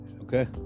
Okay